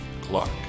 Clark